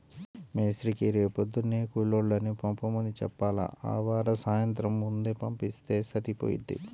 మేస్త్రీకి రేపొద్దున్నే కూలోళ్ళని పంపమని చెప్పాల, ఆవార సాయంత్రం ముందే పంపిత్తే సరిపోయిద్ది